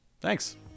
thanks